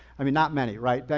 i mean, not many, right? but